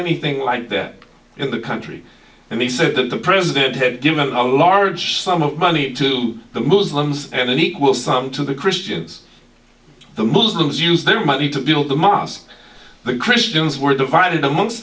anything like that in the country and he said that the president had given a large sum of money to the muslims and an equal sum to the christians the muslims use their money to build the mosque the christians were divided among